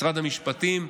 משרד המשפטים,